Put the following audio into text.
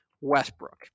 Westbrook